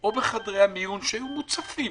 או בחדרי המיון, שהיו מוצפים